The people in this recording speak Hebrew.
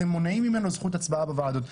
שאתם מונעים ממנו זכות הצבעה בוועדות.